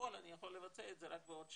ובפועל אני יכול לבצע את זה רק בעוד שנה.